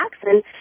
Jackson